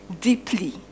deeply